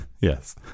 Yes